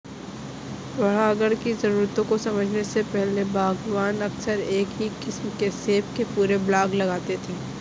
परागण की जरूरतों को समझने से पहले, बागवान अक्सर एक ही किस्म के सेब के पूरे ब्लॉक लगाते थे